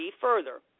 further